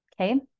Okay